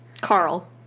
Carl